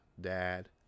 Dad